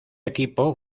equipo